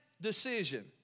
decision